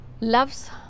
loves